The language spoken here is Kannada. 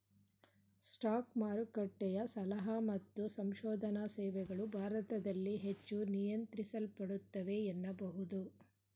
ಸ್ಟಾಕ್ ಮಾರುಕಟ್ಟೆಯ ಸಲಹಾ ಮತ್ತು ಸಂಶೋಧನಾ ಸೇವೆಗಳು ಭಾರತದಲ್ಲಿ ಹೆಚ್ಚು ನಿಯಂತ್ರಿಸಲ್ಪಡುತ್ತವೆ ಎನ್ನಬಹುದು